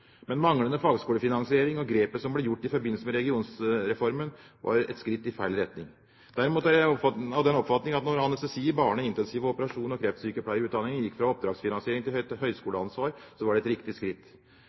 Men manglende fagskolefinansiering og det grepet som ble gjort i forbindelse med regionsreformen, var et skritt i feil retning. Derimot er jeg av den oppfatning at det når anestesi-, barne-, intensiv-, operasjons- og kreftsykepleieutdanningene gikk fra oppdragsfinansiering til